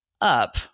up